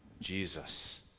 Jesus